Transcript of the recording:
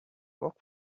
work